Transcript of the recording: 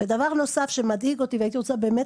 דבר נוסף שמדאיג אותי והייתי רוצה באמת